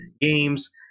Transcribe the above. games